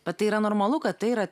vat tai yra normalu kad tai yra